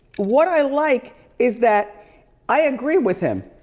what i like is that i agree with him.